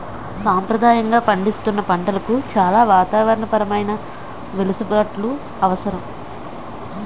సంప్రదాయంగా పండిస్తున్న పంటలకు చాలా వాతావరణ పరమైన వెసులుబాట్లు అవసరం